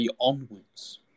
onwards